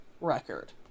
record